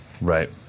Right